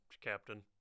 Captain